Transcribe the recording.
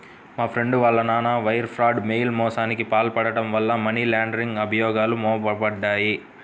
మా ఫ్రెండు వాళ్ళ నాన్న వైర్ ఫ్రాడ్, మెయిల్ మోసానికి పాల్పడటం వల్ల మనీ లాండరింగ్ అభియోగాలు మోపబడ్డాయి